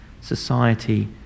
society